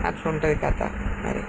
అలా ఉంటుంది కథ మరి